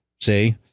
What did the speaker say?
See